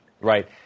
Right